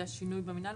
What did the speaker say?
היה שינוי במינהל,